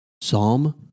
Psalm